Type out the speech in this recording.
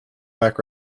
back